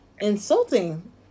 insulting